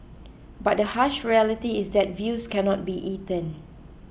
but the harsh reality is that views cannot be eaten